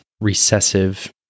recessive